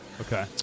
Okay